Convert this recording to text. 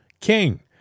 king